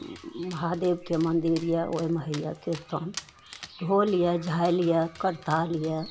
ओ ओ महादेवके मन्दिर यऽ ओहिमे होइ यऽ किरतन ढोल यऽ झालि यऽ करताल यऽ